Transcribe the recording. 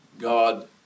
God